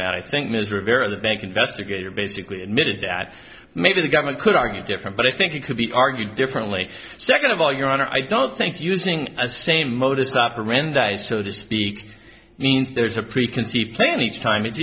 that i think ms rivera the bank investigator basically admitted that maybe the government could argue different but i think it could be argued differently second of all your honor i don't think using a same modus operandi so to speak means there's a preconceived plan each time it